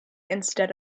instead